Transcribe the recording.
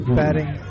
batting